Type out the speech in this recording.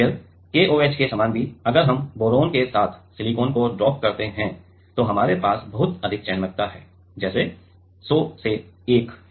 फिर KOH के समान भी अगर हम बोरॉन के साथ सिलिकॉन को डोप करते हैं तो हमारे पास बहुत अधिक चयनात्मकता है जैसे 100 से 1 है